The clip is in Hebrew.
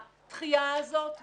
הדחייה הזאת בפינוי,